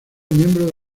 miembro